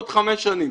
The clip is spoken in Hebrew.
עוד חמש שנים